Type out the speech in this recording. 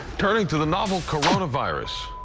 turning to the novel coronavirus.